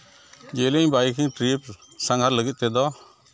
ᱡᱮ ᱦᱤᱞᱟᱹᱜ ᱤᱧ ᱵᱟᱭᱤᱠᱤᱝ ᱴᱨᱤᱯ ᱥᱟᱸᱜᱷᱟᱨ ᱞᱟᱹᱜᱤᱫ ᱛᱮᱫᱚ